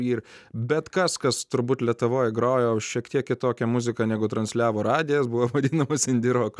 ir bet kas kas turbūt lietuvoj grojau šiek tiek kitokią muziką negu transliavo radijas buvo vadinamas indirok